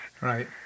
Right